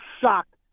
shocked